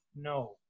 No